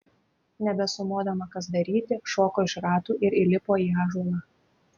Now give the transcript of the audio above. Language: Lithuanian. nebesumodama kas daryti šoko iš ratų ir įlipo į ąžuolą